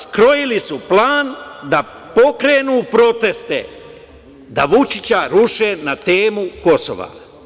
Skrojili su plan da pokrenu proteste, da Vučića ruše na temu Kosova.